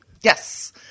Yes